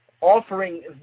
offering